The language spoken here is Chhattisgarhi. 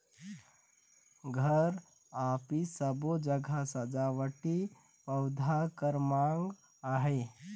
घर, अफिस सबो जघा सजावटी पउधा कर माँग अहे